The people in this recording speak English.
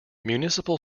municipal